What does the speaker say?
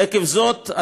עקב זאת,